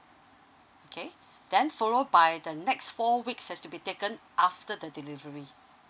okay then followed by the next four weeks has to be taken after the delivery